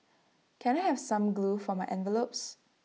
can I have some glue for my envelopes